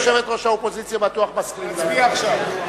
יושבת-ראש האופוזיציה, להצביע עכשיו.